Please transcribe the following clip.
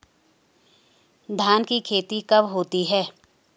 धान की खेती कब होती है?